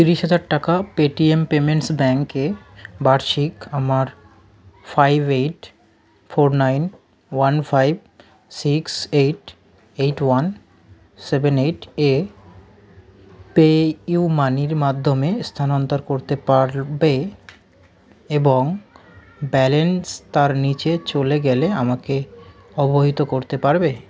তিরিশ হাজার টাকা পেটিএম পেমেন্টস ব্যাঙ্কে বার্ষিক আমার five eight four nine one five six eight eight one seven eight এ পেইউ মানির মাধ্যমে স্থানান্তর করতে পারবে এবং ব্যালেন্স তার নিচে চলে গেলে আমাকে অবহিত করতে পারবে